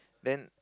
then